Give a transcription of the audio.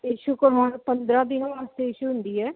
issue ਕਰਵਾਉਣ ਪੰਦਰਾਂ ਦਿਨ ਵਾਸਤੇ ਇਸ਼ੂ ਹੁੰਦੀ ਹੈ